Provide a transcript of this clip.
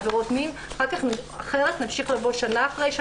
ולנסות לפרש מתוך הררי הנתונים מה עומד מאחורי זה.